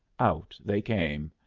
out they came.